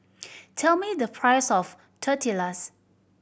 tell me the price of Tortillas